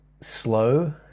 slow